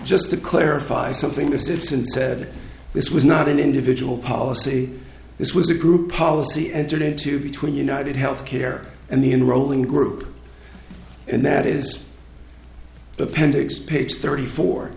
just to clarify something this suits and said this was not an individual policy this was a group policy entered into between united health care and the enrolling group and that is appendix pix thirty four